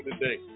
today